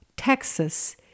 Texas